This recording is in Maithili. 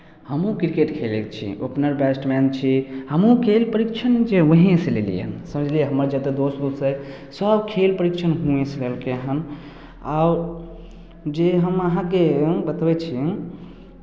हमहूँ क्रिकेट खेलै छी ओपनर बैस्टमैन छी हमहूँ खेल परीक्षण जे हुएँसँ लेलियै हन समझलियै हमर जतेक दोस्त वोस्त छथि सभ खेल परीक्षण हुएँसँ लेलकै हन आओर जे हम अहाँकेँ हम बतबै छी